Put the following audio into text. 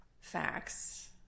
facts